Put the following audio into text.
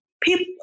people